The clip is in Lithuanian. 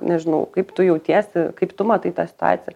nežinau kaip tu jautiesi kaip tu matai tą situaciją